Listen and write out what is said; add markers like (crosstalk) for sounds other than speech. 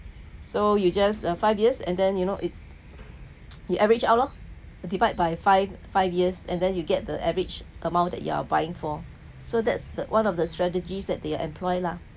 so you just uh five years and then you know it's (noise) you average out lor divide by five five years and then you get the average amount that you are buying for so that's the one of the strategies that they're employ lah